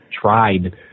tried